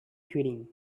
quitting